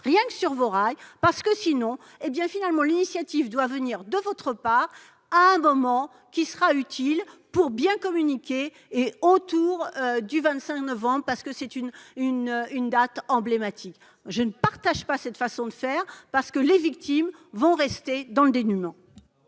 rester sur vos rails, rien que sur vos rails. L'initiative doit venir de votre part, à un moment qui sera utile pour votre communication, autour du 25 novembre, une date emblématique. Je ne partage pas cette façon de faire parce que les victimes vont rester dans le dénuement